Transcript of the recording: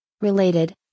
Related